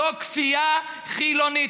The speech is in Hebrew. זו כפייה חילונית.